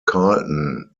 carlton